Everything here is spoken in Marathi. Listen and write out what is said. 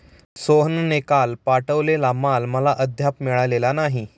सोहनने काल पाठवलेला माल अद्याप मिळालेला नाही